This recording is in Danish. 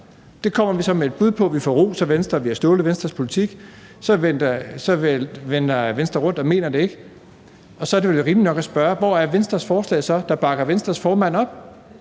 Det kommer vi så med et bud på. Vi får ros af Venstre, vi har stjålet Venstres politik. Så vender Venstre rundt og mener det ikke. Så er det vel rimeligt nok at spørge, hvor Venstres forslag så er, der bakker Venstres formand op.